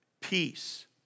peace